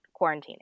quarantining